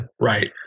Right